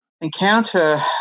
Encounter